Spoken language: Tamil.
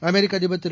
அமெரிக்க அதிபர் திரு